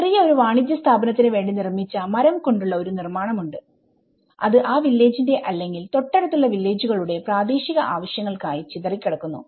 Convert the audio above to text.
ചെറിയ ഒരു വാണിജ്യ സ്ഥാപനത്തിന് വേണ്ടി നിർമ്മിച്ച മരം കൊണ്ടുള്ള ഒരു നിർമ്മാണം ഉണ്ട് അത് ആ വില്ലേജിന്റെ അല്ലെങ്കിൽ തൊട്ടടുത്തുള്ള വില്ലേജുകളുടെ പ്രാദേശിക ആവശ്യങ്ങൾക്കായി ചിതറികിടക്കുന്നു